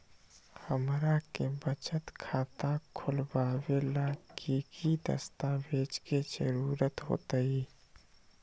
हमरा के बचत खाता खोलबाबे ला की की दस्तावेज के जरूरत होतई?